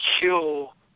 kill